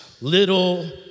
little